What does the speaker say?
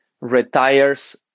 retires